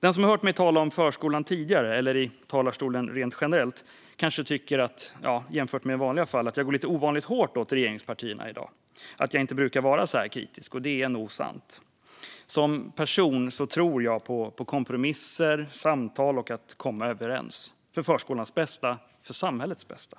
Den som har hört mig tala om förskolan tidigare eller i talarstolen rent generellt kanske tycker att jag jämfört med i vanliga fall går ovanligt hårt åt regeringspartierna i dag, att jag inte brukar vara så kritisk, och det är nog sant. Som person tror jag på kompromisser, samtal och att komma överens för förskolans bästa och för samhällets bästa.